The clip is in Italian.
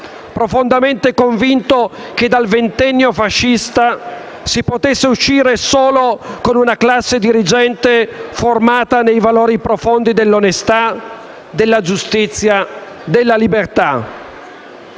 profondamente convinto che dal ventennio fascista si potesse uscire solo con una classe dirigente formata nei valori profondi dell'onestà, della giustizia e della libertà.